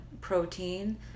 protein